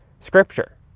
scripture